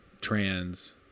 trans